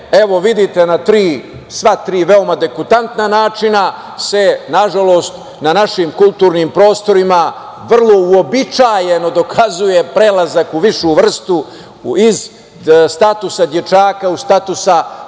evo vidite na svi tri veoma degutantna načina se, na žalost, na našim kulturnim prostorima vrlo uobičajeno dokazuje prelazak u višu vrstu iz statusa dečaka u status muškarca. Na